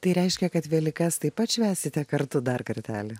tai reiškia kad velykas taip pat švęsite kartu dar kartelį